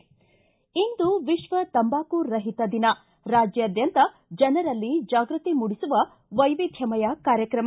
ಿಂ ಇಂದು ವಿಶ್ವ ತಂಬಾಕು ರಹಿತ ದಿನ ರಾಜ್ಯಾದ್ಯಂತ ಜನರಲ್ಲಿ ಜಾಗೃತಿ ಮೂಡಿಸುವ ವೈವಿಧ್ಯಮಯ ಕಾರ್ಯಕ್ರಮ